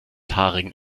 haarigen